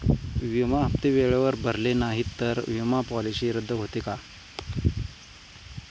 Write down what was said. विमा हप्ते वेळेवर भरले नाहीत, तर विमा पॉलिसी रद्द होते का?